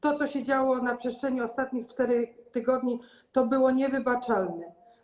To, co się działo na przestrzeni ostatnich 4 tygodni, to było niewybaczalne.